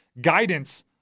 guidance